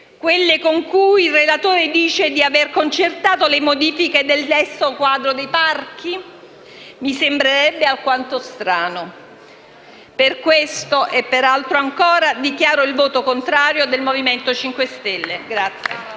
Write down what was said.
quelle con cui il relatore dice di avere concertato le modifiche della legge quadro sui parchi? Mi sembrerebbe alquanto strano. Per questo e per altro ancora dichiaro il voto contrario del Movimento 5 Stelle.